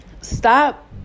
stop